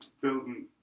building